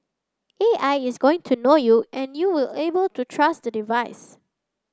A I is going to know you and you will be able to trust the device